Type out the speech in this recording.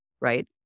right